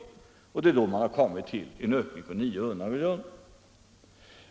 Det är då man kommit fram till en ökning med 900 miljoner.